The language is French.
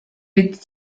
est